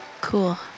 Cool